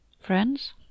friends